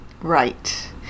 right